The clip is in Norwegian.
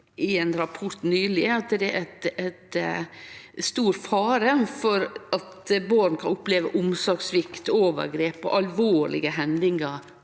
i ein rapport nyleg sagt at det er stor fare for at barn kan oppleve omsorgssvikt, overgrep, alvorlege hendingar